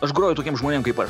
aš groju tokiem žmonėm kaip aš